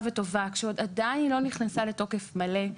וטובה כשהיא עדיין לא נכנסה לתוקף מלא,